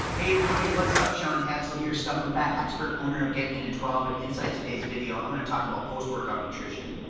hey, everybody. what's up? shaun hadsall here, stubborn fat expert, owner of get lean in twelve, and inside today's video, i'm going to talk about post-workout nutrition.